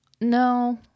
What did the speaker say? No